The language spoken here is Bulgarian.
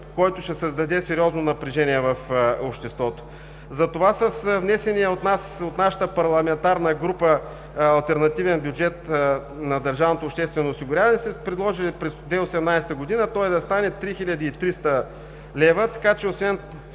който ще създаде сериозно напрежение в обществото. Затова с внесения от нас, от нашата Парламентарна група, алтернативен бюджет на държавното обществено осигуряване сме предложили през 2018 г. той да стане 3300 лв., така че